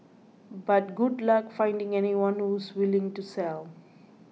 but good luck finding anyone who's willing to sell